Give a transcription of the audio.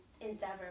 endeavor